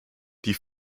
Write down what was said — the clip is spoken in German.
die